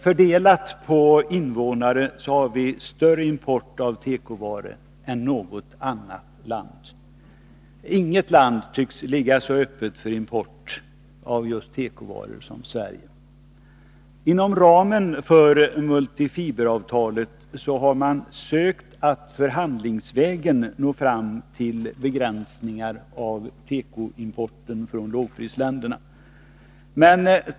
Fördelat per innevånare har vi större import av tekovaror än något annat land. Inget land tycks ligga så öppet för import av tekovaror som Sverige. Inom ramen för multifiberavtalet har man sökt att förhandlingsvägen nå fram till begränsningar av tekoimporten från bl.a. lågprisländerna.